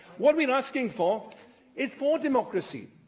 what we're asking for is for democracy,